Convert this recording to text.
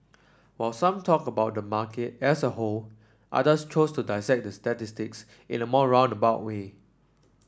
while some talked about the market as a whole others chose to dissect the statistics in a more roundabout way